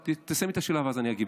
תסיימי את השאלה, ואז אני אגיד.